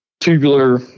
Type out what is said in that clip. tubular